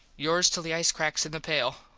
yours till the ice cracks in the pale,